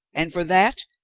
and for that,